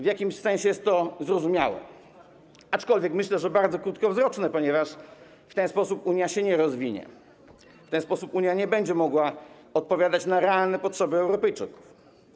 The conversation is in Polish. W jakimś sensie jest to zrozumiałe, aczkolwiek myślę, że bardzo krótkowzroczne, ponieważ przez to Unia się nie rozwinie, Unia nie będzie mogła odpowiadać na realne potrzeby Europejczyków.